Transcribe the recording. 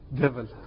devil